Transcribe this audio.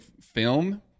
film